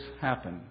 happen